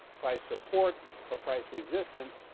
price support or price resistance,